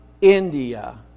India